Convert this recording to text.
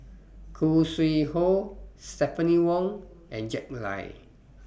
Khoo Sui Hoe Stephanie Wong and Jack Lai